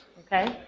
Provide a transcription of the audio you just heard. ok,